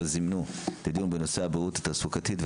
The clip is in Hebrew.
זימנו את הדיון בנושא הבריאות התעסוקתית,